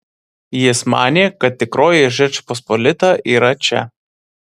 jis manė kad tikroji žečpospolita yra čia